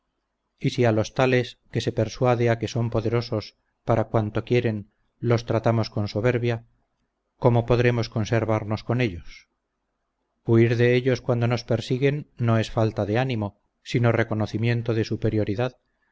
y si a los tales que se persuade a que son poderosos para cuanto quieren los tratamos con soberbia cómo podremos conservarnos con ellos huir de ellos cuando nos siguen no es falta de ánimo sino reconocimiento de superioridad